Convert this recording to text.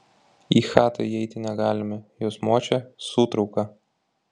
į chatą įeiti negalime jos močia sūtrauka